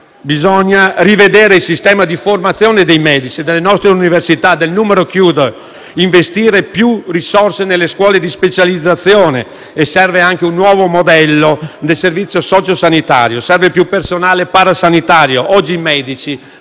Bisogna quindi rivedere il sistema di formazione dei medici nelle nostre università e il numero chiuso. Occorre investire più risorse nelle scuole di specializzazione e serve anche un nuovo modello nel servizio sociosanitario; serve più personale parasanitario. Oggi i medici